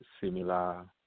similar